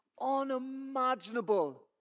unimaginable